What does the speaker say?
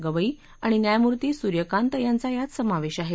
गवई और न्यायमूर्ति सूर्यकांत यांचा यात समावेश आहे